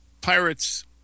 Pirates